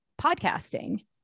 podcasting